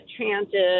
chanted